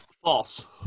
False